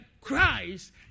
Christ